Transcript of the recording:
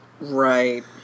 Right